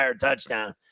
touchdown